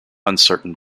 uncertain